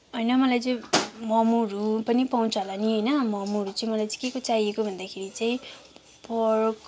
होइन मलाई चाहिँ मोमोहरू पनि पाउँछ होला नि मोमोहरू चाहिँ मलाई चाहिँ केको चाहिएको भन्दाखेरि चाहिँ पोर्क